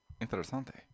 Interesante